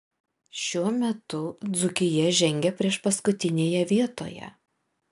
šiuo metu dzūkija žengia priešpaskutinėje vietoje